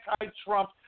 anti-Trump